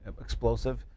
explosive